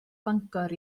bangor